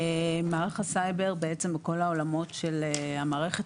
מערך הסייבר בעצם בכל העולמות של המערכת